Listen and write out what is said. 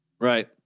Right